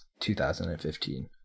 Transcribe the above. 2015